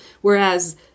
whereas